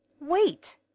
Wait